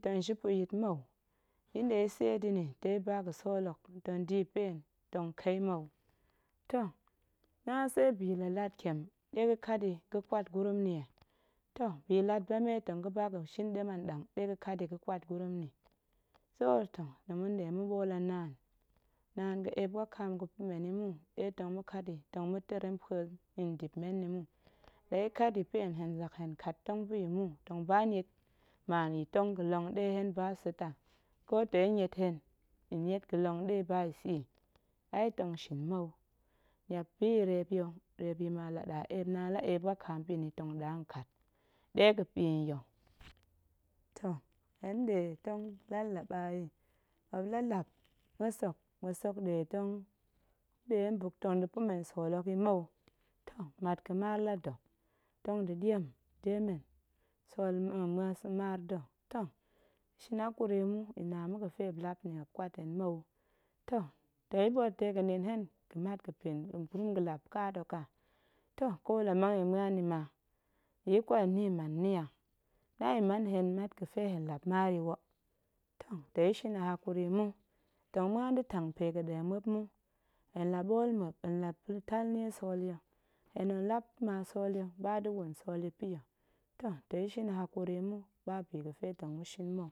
Tong ji pa̱ yit mou, ya̱ nɗe tong ya̱ tseet yi ta̱ ya̱ ba ga̱sool hok tong da̱ ya̱ hen tong kai mou, toh na tse bi la lat ntiem ɗe ga̱kat yi ga̱ƙwat gurum nni ye, toh bi lat ba mee tong ga̱ba ga̱shin ɗem anɗang ɗe ga̱kat yi ga̱ƙwat gurum nni, so toh ma̱nɗe ma̱ɓool a naan, naan ga̱ eep wakaam ga̱pa̱ men yi mu, ɗe men ma̱kat yi tong ma̱ tirimpue yi ndip men nni mu, la ya̱ kat ya̱ pa̱ hen hen zak tong kat tong pa̱ ya̱ mu, tong ba niet mman ya̱ tong ga̱long ɗe hen be sa̱ ta̱ a, ƙo tong ya̱ niet hen ya̱ tong ga̱long ɗe hen ba ya̱ sa̱ yi, ai tong shin mou, niap bi ya̱ reep ya̱ reep ma naan la ɗa eep wakaam pa̱ ni tong ɗa nkat ɗe ga̱pa̱ yi nya̱, toh hen nɗe tong lal laɓa yi, muop la lap mues hok, mues nɗe tong muop nɗe tong buk yi tong da̱ pa̱ men sool hok yi mou, toh mat ga̱maar la da̱ tong da̱ ɗiem de men sool maar da̱, toh shin hakuri mu, ya̱ na ma̱ ga̱fe muop lap ni muop ƙwat hen mou, toh tong ya̱ ɓoot dega̱ nin hen ga̱ gurum mat ga̱lap ƙaat hok a, toh ƙo la mang ya̱ muen nni ma, tong ya̱ ƙwal yi ni ya̱ man ni a, na ya̱ man a hen mat ga̱fe hen lap maar ya̱ wo, toh tong ya̱ shin a hakuri mu, tong muan da̱ tang pe ga̱ɗe muop mu, hen la ɓool muop hen la tal nie sool ya̱, hen nong lap ma sool ya̱ ba da̱ wun sool ya̱ pa̱ ya̱, toh tong ya̱ shin a hakuri mu, ba bi ga̱fe tong ma̱shin mou.